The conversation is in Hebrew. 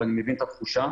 אני מבין את התחושה,